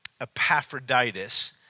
Epaphroditus